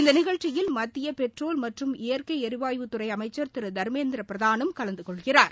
இந்நிகழ்ச்சியில் மத்திய பெட்ரோல் மற்றும் இயற்கை எரிவாயுத்துறை அமைச்சர் திரு தர்மேந்திர பிரதானும் கலந்து கொள்கிறார்